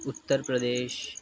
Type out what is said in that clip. Uttar Pradesh